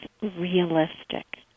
realistic